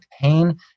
pain